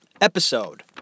Episode